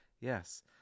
Yes